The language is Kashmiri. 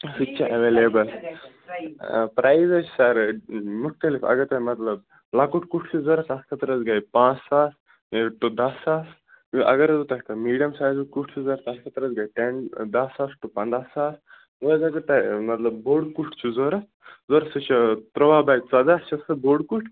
سُہ تہِ چھِ ایٚولیبٕل پرٛایز حظ چھِ سَر مختلف اگر تۄہہِ مطلب لَکوٹ کُٹھ چھُ ضروٗرت تَتھ خٲطرٕ حظ گٔے پانٛژھ ساس یہِ ٹوٚ دَہ ساس اگر حظ تۄہہِ کانٛہہ میٖڈیم سایزُک کُٹھ چھُ ضروٗرت تَتھ خٲطرٕ حظ گٔے ٹٮ۪ن دَہ ساس ٹوٚ پنٛدہ ساس وۄں حظ اگر تۄہہِ ٲں مطلب بوٚڑ کُٹھ چھُو ضروٗرت سُہ چھُ ترٛوٚوَہ باے ژۄدَہ چھُ سُہ بوٚڑ کُٹھ